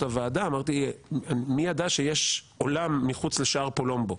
הוועדה: מי ידע שיש עולם מחוץ לשער פולמבו?